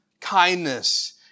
kindness